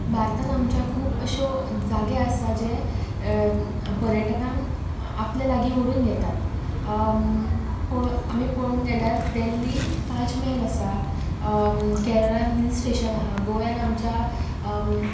भारतांत आमच्या खूब अश्यो जागे आसात जे पर्यटकांक आपले लागी ओडून घेतात आमी पळोवंक गेल्यार देल्लींत ताज महल आसा केरळांत हील स्टेशन आसा गोव्यांत आमच्या